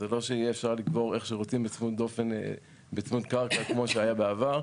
אז זה לא שיהיה אפשר לקבור איך שרוצים בצפיפות קרקע כמו שהיה בעבר,